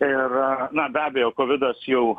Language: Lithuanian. ir na be abejo kovidas jau